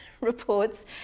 reports